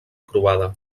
croada